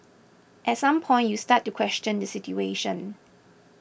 at some point you start to question the situation